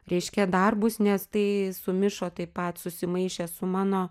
reiškia darbus nes tai sumišo taip pat susimaišė su mano